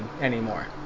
anymore